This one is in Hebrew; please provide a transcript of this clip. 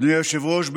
אדוני היושב-ראש,